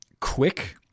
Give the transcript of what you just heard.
quick